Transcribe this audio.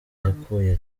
yakuye